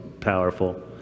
powerful